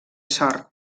sort